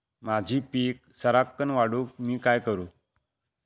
माझी पीक सराक्कन वाढूक मी काय करू?